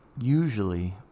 usually